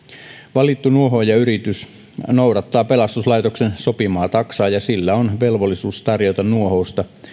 valittu nuohoajayritys noudattaa pelastuslaitoksen sopimaa taksaa ja sillä on velvollisuus tarjota nuohousta